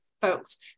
folks